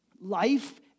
life